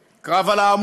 קרב על בית-המשפט העליון,